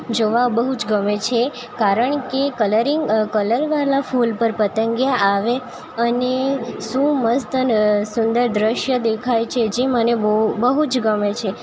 જોવા બહુ જ ગમે છે કારણ કે કલરીંગ કલરવાલા ફૂલ પર પતંગીયાં આવે અને શું મસ્ત અને સુંદર દ્રશ્ય દેખાય છે જે મને બહુ બહુજ ગમે છે